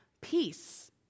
Peace